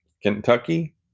Kentucky